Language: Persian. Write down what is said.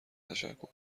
تشکر